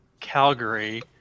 calgary